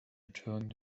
return